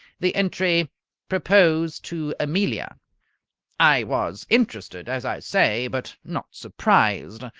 the entry propose to amelia i was interested, as i say, but not surprised.